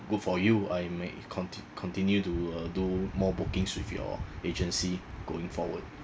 good for you I may conti~ continue to uh do more bookings with your agency going forward